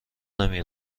نمی